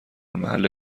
محل